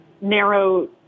narrow